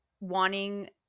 wanting